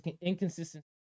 inconsistent